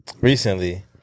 recently